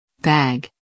Bag